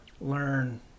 learn